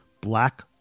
Black